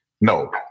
No